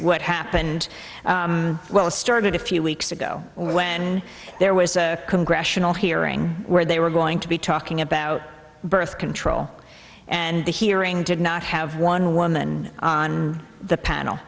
what happened well it started a few weeks ago when there was a congressional hearing where they were going to be talking about birth control and the hearing did not have one woman on the panel